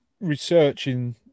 researching